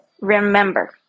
remember